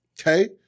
Okay